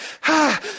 ha